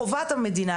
חובת המדינה,